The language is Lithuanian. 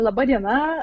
laba diena